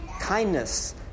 kindness